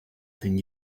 than